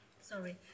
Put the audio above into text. sorry